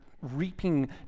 reaping